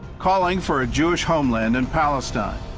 calling for a jewish homeland in palestine.